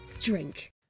drink